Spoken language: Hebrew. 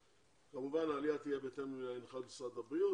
כמובן העלייה תהיה בהתאם להנחיות משרד הבריאות,